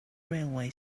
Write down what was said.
railway